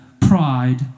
pride